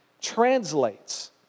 translates